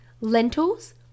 lentils